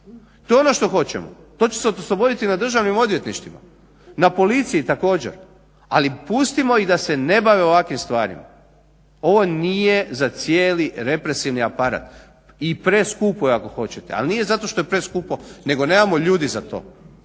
To je ono što hoćemo. To će se osloboditi na državnim odvjetništvima, na policiji također, ali pustimo ih da se ne bave ovakvim stvarima. Ovo nije za cijeli represivni aparat i preskupo je ako hoćete. Ali nije zato što je preskupo, nego nemamo ljudi za to.